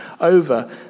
over